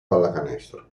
pallacanestro